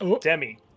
Demi